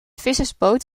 vissersboot